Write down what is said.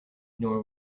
nor